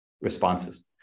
responses